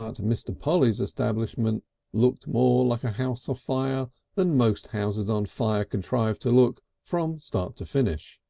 ah mr. polly's establishment looked more like a house afire than most houses on fire contrive to look from start to finish.